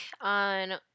on